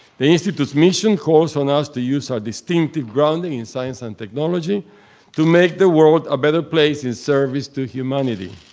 the institute's mission calls on us to use our distinctive grounding in science and technology to make the world a better place in service to humanity.